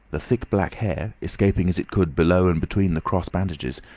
the thick black hair, escaping as it could below and between the cross bandages,